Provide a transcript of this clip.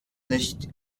nicht